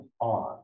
on